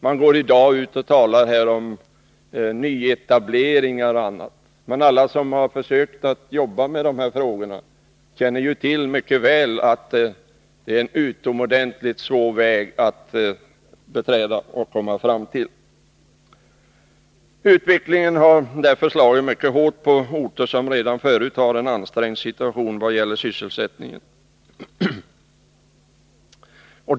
Man går i dag ut och talar om nyetableringar och annat, men alla som har försökt att jobba med dessa frågor känner mycket väl till att det är en utomordentligt svår väg att beträda och att komma fram på. Utvecklingen har slagit mycket hårt på orter som redan förut hade en ansträngd situation vad gäller sysselsättningen.